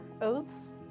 oaths